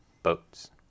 boats